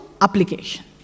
application